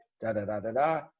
da-da-da-da-da